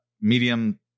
medium